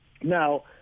Now